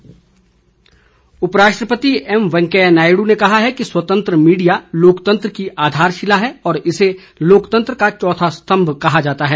सूर्य प्रकाश उपराष्ट्रपति एम वेंकैया नायडू ने कहा है कि स्वतंत्र मीडिया लोकतंत्र की आधारशिला है और इसे लोकतंत्र का चौथा स्तंभ कहा जाता है